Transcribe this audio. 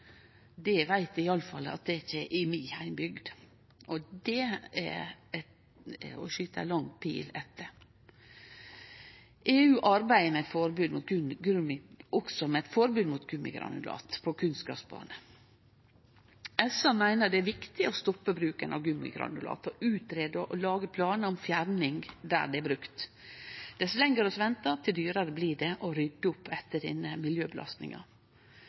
Det veit eg i alle fall at det ikkje er i mi heimbygd, og det er å skyte ei lang pil etter. EU arbeider også med eit forbod mot gummigranulat på kunstgrasbaner. SV meiner det er viktig å stoppe bruken av gummigranulat og utgreie og lage planar om fjerning der det er brukt. Dess lenger vi venter, til dyrare blir det å rydde opp etter denne miljøbelastninga.